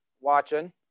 watching